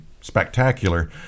spectacular